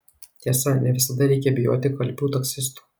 tiesa ne visada reikia bijoti kalbių taksistų